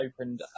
opened